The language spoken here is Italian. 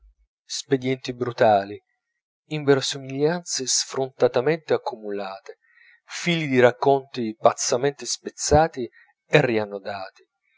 spedienti brutali inverosimiglianze sfrontatamente accumulate fili di racconti pazzamente spezzati e riannodati